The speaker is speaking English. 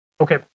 Okay